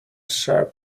sharp